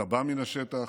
אתה בא מן השטח,